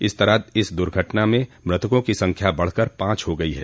इस तरह इस दुर्घटना में मृतकों की संख्या बढ़कर पांच हो गयी हैं